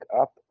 up